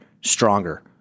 stronger